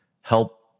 help